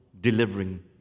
delivering